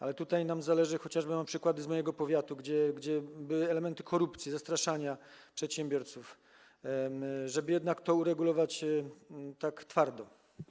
Ale tutaj nam zależy - mam chociażby przykład z mojego powiatu, gdzie były elementy korupcji, zastraszana przedsiębiorców - żeby jednak to uregulować tak twardo.